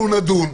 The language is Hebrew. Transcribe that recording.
אנחנו נדון.